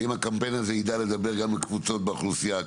האם הקמפיין הזה ידע לדבר אל קבוצות שונות באוכלוסייה,